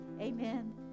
Amen